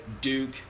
Duke